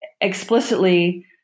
explicitly